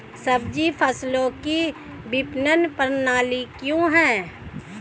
सब्जी फसलों की विपणन प्रणाली क्या है?